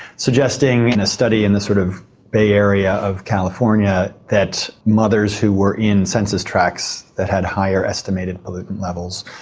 suggesting in a study, in the sort of bay area of california, that mothers who were in census tracts that had higher estimated pollutant levels,